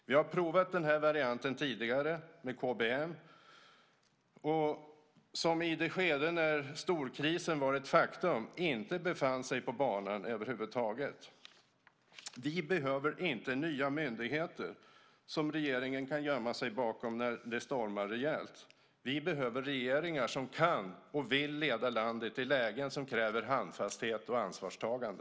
Vi har provat den här varianten tidigare med KBM, som i de skeden när storkriser varit ett faktum inte befunnit sig på banan över huvud taget. Vi behöver inte nya myndigheter som regeringen kan gömma sig bakom när det stormar rejält. Vi behöver regeringar som kan och vill leda landet i lägen som kräver handfasthet och ansvarstagande.